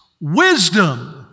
wisdom